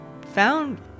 found